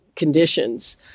Conditions